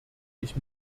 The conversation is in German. ich